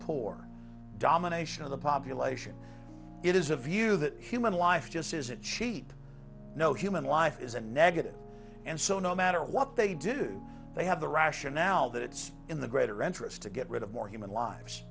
poor domination of the population it is a view that human life just isn't cheap no human life is a negative and so no matter what they do they have the rationale that it's in the greater interest to get rid of more human lives